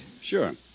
Sure